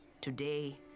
Today